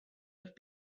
have